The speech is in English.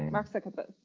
mark zuckerberg,